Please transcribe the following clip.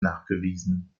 nachgewiesen